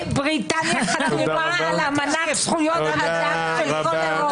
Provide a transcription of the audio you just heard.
היא חתומה על אמנה לזכויות אדם בכל אירופה.